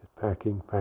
packing